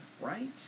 Right